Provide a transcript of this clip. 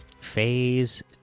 phase